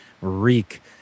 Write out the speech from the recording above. reek